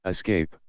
Escape